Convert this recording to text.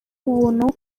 ubuntu